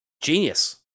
genius